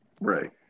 Right